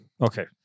Okay